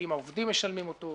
האם העובדים משלמים אותו,